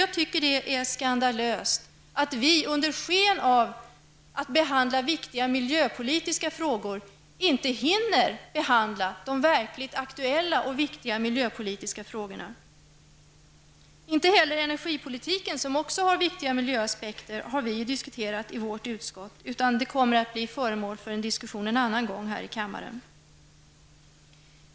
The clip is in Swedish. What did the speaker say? Jag tycker att det är skandalöst att vi under sken av att behandla viktiga miljöpolitiska frågor inte hinner behandla de verkligt aktuella och viktiga miljöpolitiska frågorna. Inte heller energipolitiken, som också har viktiga miljöaspekter, har vi diskuterat i vårt utskott. Den frågan kommer att bli föremål för diskussion en annan gång här i kammaren.